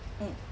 mm